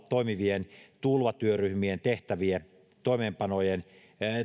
toimivien tulvatyöryhmien tehtäviä